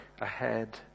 ahead